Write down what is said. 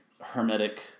hermetic